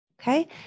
okay